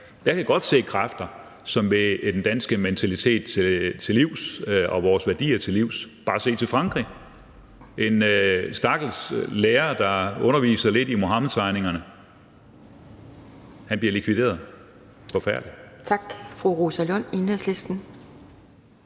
jeg kan godt se kræfter, som vil den danske mentalitet til livs og vores værdier til livs – bare se til Frankrig, hvor en stakkels lærer, der underviser lidt i Muhammedtegningerne, bliver likvideret. Forfærdeligt!